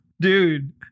Dude